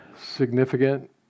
significant